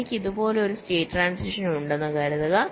എനിക്ക് ഇതുപോലെ ഒരു സ്റ്റേറ്റ് ട്രാന്സിഷൻ ഉണ്ടെന്ന് കരുതുക